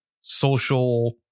social